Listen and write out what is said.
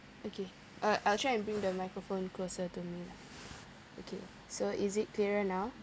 okay uh I'll try and bring the microphone closer to me lah okay so is it clearer now